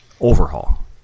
overhaul